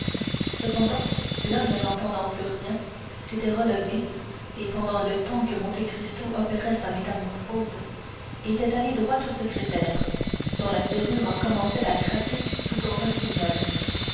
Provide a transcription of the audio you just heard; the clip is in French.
cependant l'homme n'entendant plus rien s'était relevé et pendant le temps que monte cristo opérait sa métamorphose était allé droit au secrétaire dont la serrure commençait à craquer sous son rossignol